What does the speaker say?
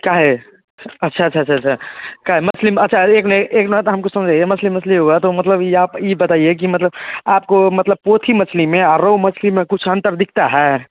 चाहे अच्छा अच्छा अच्छा अच्छा क्या है मछली में अच्छा एक नहीं एक मिनत हम को समझाइए मछली मछली हुआ तो मतलब ये आप ये बताइए कि मतलब आपको मतलब पोथी मछली में या रोउ मछली में कुछ अंतर दिखता है